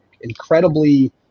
incredibly